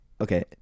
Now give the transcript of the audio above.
Okay